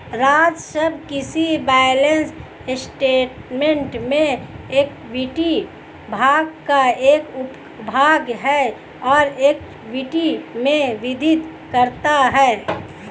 राजस्व किसी balance statement में इक्विटी भाग का एक उपभाग है और इक्विटी में वृद्धि करता है